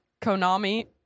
Konami